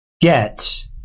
get